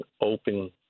open